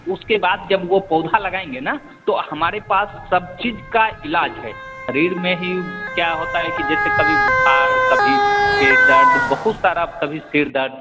तो उसके बाद जब वो पौधा लगाएंगे ना तो हमारे पास सब चीज का इलाज है शरीर में ही क्या होता है कि जैसे कभी बुखार कभी पेट दर्द बहुत सारा कभी सिर दर्द